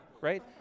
Right